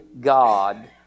God